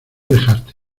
dejaste